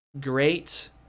great